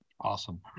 Awesome